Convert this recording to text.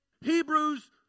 Hebrews